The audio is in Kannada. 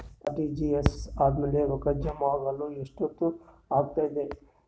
ಆರ್.ಟಿ.ಜಿ.ಎಸ್ ಆದ್ಮೇಲೆ ರೊಕ್ಕ ಜಮಾ ಆಗಲು ಎಷ್ಟೊತ್ ಆಗತದ?